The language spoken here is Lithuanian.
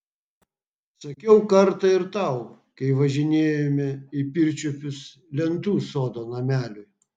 sakiau kartą ir tau kai važinėjome į pirčiupius lentų sodo nameliui